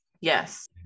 yes